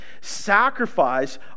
sacrifice